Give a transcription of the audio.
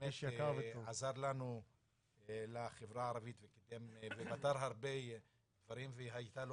שעזר לחברה הערבית ופתר הרבה דברים והייתה לו